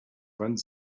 wand